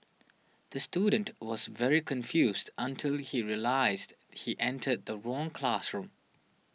the student was very confused until he realised he entered the wrong classroom